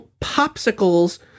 popsicles